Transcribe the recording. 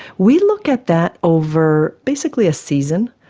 we look at that over basically a season.